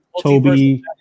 Toby